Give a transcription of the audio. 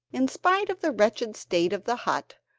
in spite of the wretched state of the hut,